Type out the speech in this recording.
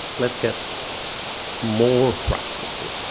let's get more practical.